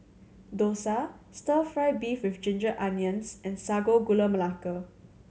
dosa Stir Fry beef with ginger onions and Sago Gula Melaka